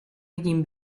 egin